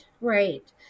right